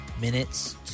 minutes